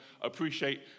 appreciate